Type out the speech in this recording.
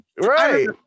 Right